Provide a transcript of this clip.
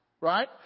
right